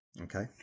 Okay